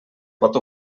pot